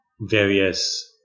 various